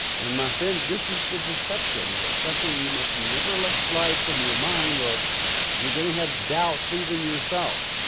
and my friend this is the deception, and it is something you must never let slide from your mind or you're gonna have doubts even yourself.